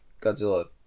Godzilla